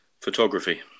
photography